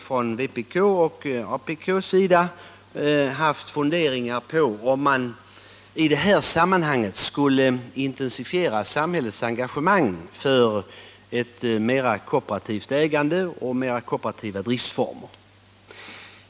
Från vpk:s och apk:s sida har man haft funderingar på att intensifiera samhällets engagemang för mera kooperativt ägande och kooperativa driftsformer.